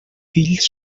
fills